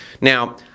Now